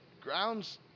grounds